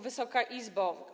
Wysoka Izbo!